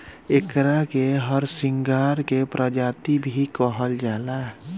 एकरा के हरसिंगार के प्रजाति भी कहल जाला